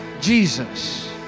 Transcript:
Jesus